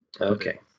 Okay